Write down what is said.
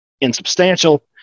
insubstantial